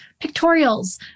pictorials